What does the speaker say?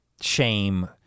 shame